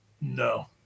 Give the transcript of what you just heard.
No